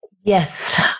Yes